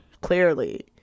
clearly